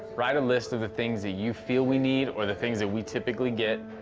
write a list of the things that you feel we need or the things that we typically get.